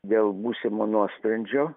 dėl būsimo nuosprendžio